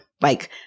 Like-